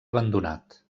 abandonat